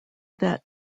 that